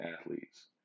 athletes